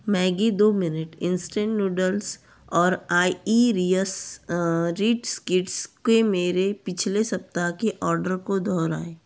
Maggi दो मिनट instant noodles और आइईरियस रीड स्किट्स के मेरे पिछले सप्ताह के आर्डर को दोहराएँ